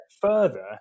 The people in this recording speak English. further